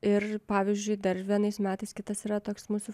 ir pavyzdžiui dar vienais metais kitas yra toks mūsų